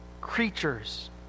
creatures